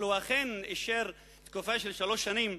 אבל הוא אכן אישר תקופה של שלוש שנים.